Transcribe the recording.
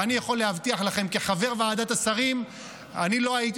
ואני יכול להבטיח לכם: כחבר ועדת השרים אני לא הייתי